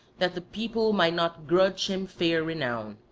that the people might not grudge him fair renown.